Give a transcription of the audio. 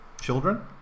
children